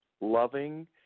loving